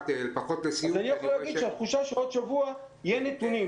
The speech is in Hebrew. אז אני יכול לומר שהתחושה היא שבעוד שבוע יהיו נתונים.